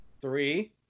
Three